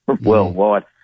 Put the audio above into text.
worldwide